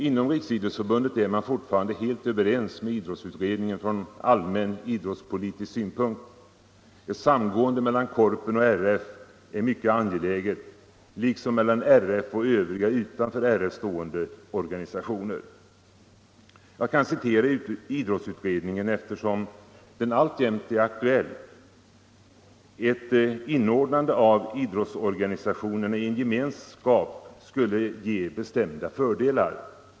Inom Riksidrottsförbundet är man fortfarande helt överens med idrottsutredningen från allmän idrottspolitisk synpunkt. Ett samgående mellan Korpen och RF liksom mellan RF och övriga utanför RF stående organisationer är mycket angeläget. Jag kan citera idrottsutredningen eftersom den alltjämt är aktuell: ”Ett inordnande av idrottsorganisationerna i en gemenskap skulle ge bestämda fördelar.